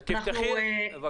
בבקשה.